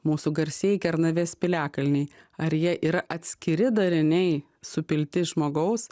mūsų garsieji kernavės piliakalniai ar jie yra atskiri dariniai supilti žmogaus